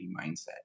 mindset